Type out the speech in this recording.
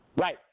Right